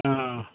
अ